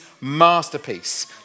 masterpiece